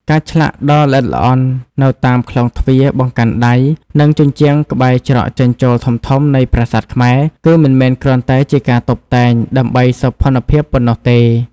ការឆ្លាក់ដ៏ល្អិតល្អន់នៅតាមក្លោងទ្វារ បង្កាន់ដៃ និងជញ្ជាំងក្បែរច្រកចេញចូលធំៗនៃប្រាសាទខ្មែរ គឺមិនមែនគ្រាន់តែជាការតុបតែងដើម្បីសោភ័ណភាពប៉ុណ្ណោះទេ។